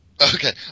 Okay